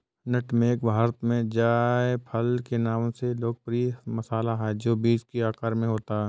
नट मेग भारत में जायफल के नाम से लोकप्रिय मसाला है, जो बीज के आकार में होता है